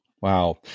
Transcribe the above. Wow